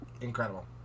Incredible